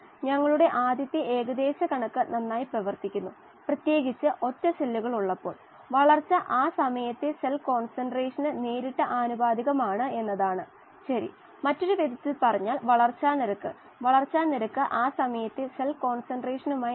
അതിനാൽ xAi ദ്രാവക ഘട്ടത്തിലെ മോൾ ഫ്രാക്ഷനു മായി കൂടെ സന്തുലനത്തിൽ ഉള്ളത് വാതക മോൾ ഫ്രാക്ഷനാണ് yAi പിന്നെ വായു കുമിളയോട് വളരെ അടുത്തൊരു സ്ഥലമുണ്ട് അവിടെ ഓക്സിജന്റെ ഗാഢത ഗണ്യമായി കുറയും